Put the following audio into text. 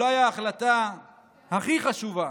ההחלטה אולי הכי חשובה